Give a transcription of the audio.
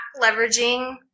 leveraging